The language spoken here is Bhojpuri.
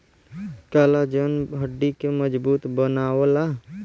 कॉलाजन हड्डी के मजबूत बनावला